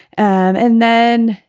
and then,